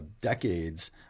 decades